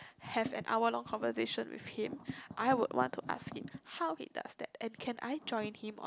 have an hour of conversation with him I would want to ask it how it does that and can I join him on